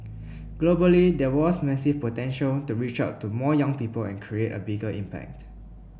globally there was massive potential to reach out to more young people and create a bigger impact